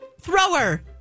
Thrower